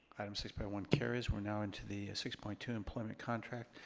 item six point one carries. we're now into the six point two employment contract.